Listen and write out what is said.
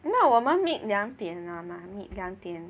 那我们 meet 两点 lah meet 两点